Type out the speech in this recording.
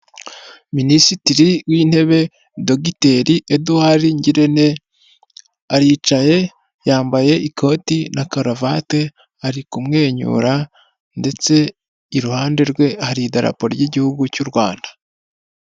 Minisitiri w'intebe dogiteri Edouard Ngirente aricaye, yambaye ikoti na karuvati ari kumwenyura ndetse iruhande rwe hari idarapo ry'igihugu cy'u Rwanda.